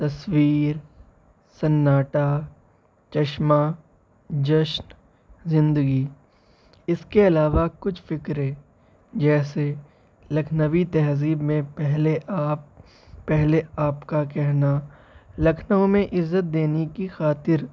تصویر سناٹا چشمہ جشن زندگی اس کے علاوہ کچھ فقرے جیسے لکھنوی تہذیب میں پہلے آپ پہلے آپ كا كہنا لكھنؤ میں عزت دینے كی خاطر